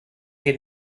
get